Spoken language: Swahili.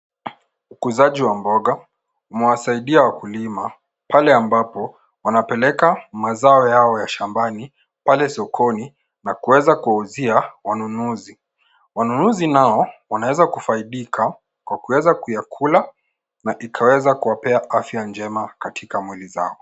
Ukuzaji wa mboga umewasaidia wakulima pale ambapo wanapeleka mazao yao ya shambani pale sokoni na kuweza kuwauzia wanunuzi. Wanunuzi nao wanaweza kufaidika kwa kuweza kuyakula na kuweza kuwapea afya njema katika mwili zao.